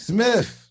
Smith